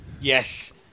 Yes